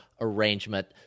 arrangement